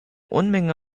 unmenge